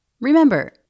Remember